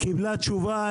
היא קיבלה תשובה.